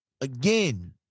again